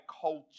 culture